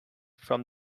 from